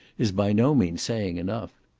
is by no means saying enough.